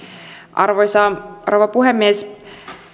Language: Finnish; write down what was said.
arvoisa rouva puhemies